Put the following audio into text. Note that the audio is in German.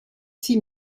sie